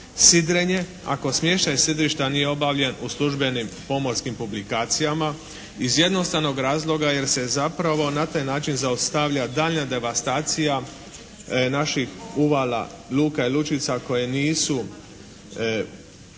sidrenje ako smještaj sidrišta nije obavljen u službenim pomorskim publikacijama iz jednostavnog razloga jer se zapravo na taj način zaustavlja daljnja devastacija naših uvala, luka i lučica koje nisu uređene